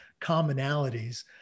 commonalities